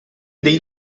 dei